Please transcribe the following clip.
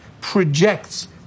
projects